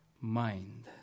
mind